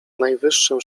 najwyższym